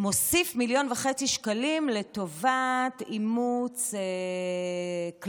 מוסיף מיליון וחצי שקלים לטובת אימוץ כלבים,